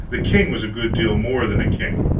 the king was a good deal more than a king,